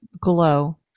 glow